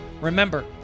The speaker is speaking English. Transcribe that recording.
Remember